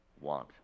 want